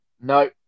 No